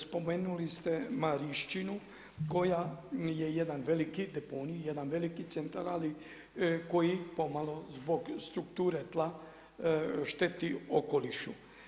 Spomenuli ste Mariščinu koja nije jedan veliki deponij, jedan veliki centar ali koji pomalo zbog strukture tla šteti okolišu.